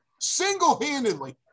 single-handedly